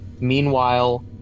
Meanwhile